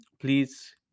please